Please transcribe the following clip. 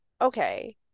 okay